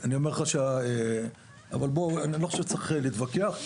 אני לא חושב שצריך להתווכח,